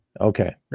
Okay